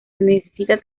necesita